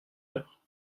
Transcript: heure